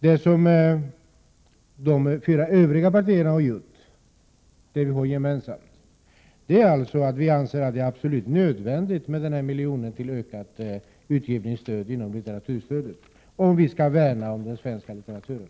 De fyra Övriga partierna har gemensamt ansett att det är absolut nödvändigt med 1 milj.kr. i utgivningsstöd inom litteraturstödet — om vi skall värna om den svenska litteraturen.